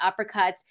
uppercuts